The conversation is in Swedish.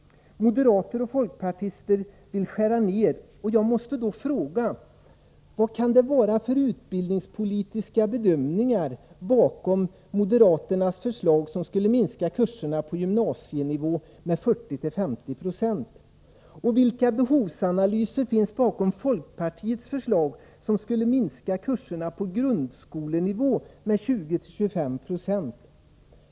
Moderater och folkpartister vill skära ned, och jag måste få fråga: Vad kan det vara för utbildningspolitiska bedömningar bakom moderaternas förslag, som skulle minska kurserna på gymnasienivå med 40-50 26? Vilka behovsanalyser finns bakom folkpartiets förslag, som skulle minska kurserna på grundskolenivå med 20-25 96?